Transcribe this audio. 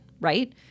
right